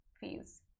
fees